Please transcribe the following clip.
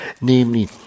Namely